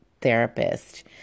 therapist